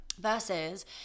versus